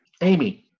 Amy